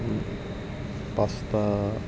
পাঁচটা